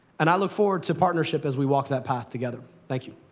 and i look forward to partnership as we walk that path together. thank you.